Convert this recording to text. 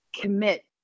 commit